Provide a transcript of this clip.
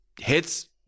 hits